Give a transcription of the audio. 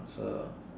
so